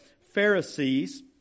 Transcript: Pharisees